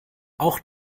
auch